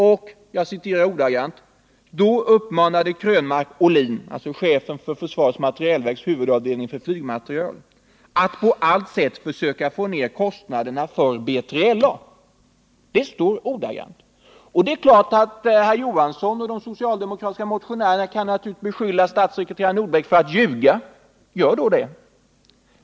Sedan citerar jag: ”Då uppmanade Krönmark Olin” — alltså chefen för försvarets materielverks huvudavdelning för flygmateriel — ”att på allt sätt försöka få ner kostnaderna för B3LA.” Detta är alltså den ordagranna lydelsen. Det är klart att herr Johansson och de socialdemokratiska motionärerna kan beskylla statssekreterare Nordbeck för att ljuga. Gör då det!